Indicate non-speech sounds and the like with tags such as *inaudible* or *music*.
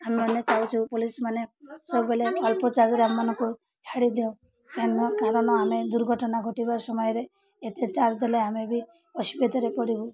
ଆମେମାନେ ଚାହୁଁଛୁ ପୋଲିସମାନେ ସବୁବେଳେ ଅଳ୍ପ ଚାର୍ଜରେ ଆମମାନଙ୍କୁ ଛାଡ଼ିଦିଅ *unintelligible* କାରଣ ଆମେ ଦୁର୍ଘଟଣା ଘଟିବା ସମୟରେ ଏତେ ଚାର୍ଜ ଦେଲେ ଆମେ ବି ଅସୁବିଧାରେ ପଡ଼ିବୁ